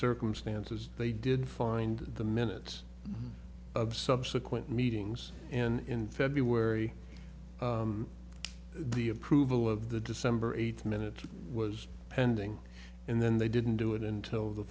circumstances they did find the minutes of subsequent meetings in february the approval of the december eighth minute was pending and then they didn't do it until the